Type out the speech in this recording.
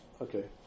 Okay